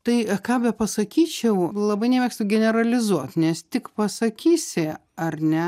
tai ką bepasakyčiau labai nemėgstu generalizuot nes tik pasakysi ar ne